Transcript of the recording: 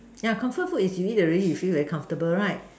ya comfort food is you eat already you feel very comfortable right